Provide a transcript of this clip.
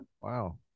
Wow